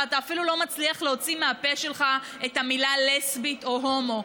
ואתה אפילו לא מצליח להוציא מהפה שלך את המילים "לסבית" או "הומו",